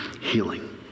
healing